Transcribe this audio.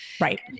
Right